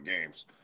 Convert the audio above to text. games